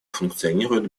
функционирует